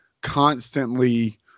constantly